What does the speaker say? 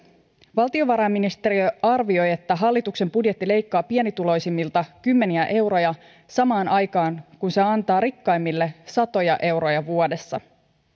valtiovarainministeriö arvioi että hallituksen budjetti leikkaa pienituloisimmilta kymmeniä euroja samaan aikaan kun se antaa rikkaimmille satoja euroja vuodessa